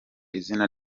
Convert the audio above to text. izina